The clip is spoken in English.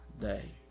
day